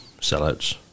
sellouts